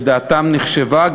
ודעתם נחשבה,